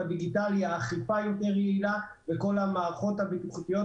הדיגיטלי האכיפה יותר יעילה וכל המערכות הבטיחותיות,